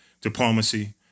diplomacy